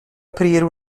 aprire